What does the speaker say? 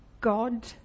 God